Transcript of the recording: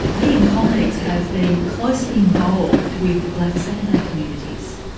he and colleagues have been closely involved with black saturday communities.